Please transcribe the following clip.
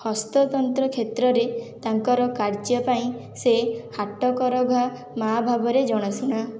ହସ୍ତତନ୍ତ କ୍ଷେତ୍ରରେ ତାଙ୍କର କାର୍ଯ୍ୟ ପାଇଁ ସେ ହାଟକରଘା ମା ଭାବରେ ଜଣାଶୁଣା